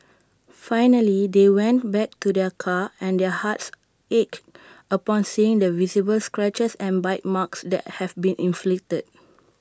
finally they went back to their car and their hearts ached upon seeing the visible scratches and bite marks that have been inflicted